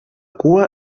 cua